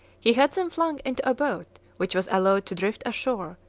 he had them flung into a boat, which was allowed to drift ashore,